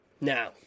Now